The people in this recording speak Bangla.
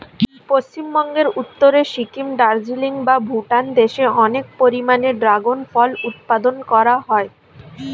পশ্চিমবঙ্গের উত্তরে সিকিম, দার্জিলিং বা ভুটান দেশে অনেক পরিমাণে ড্রাগন ফল উৎপাদন করা হয়